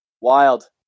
Wild